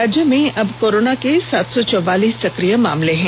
राज्य में अब कोरोना के सात सौ चौवालीस सक्रिय मामले हैं